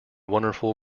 wonderful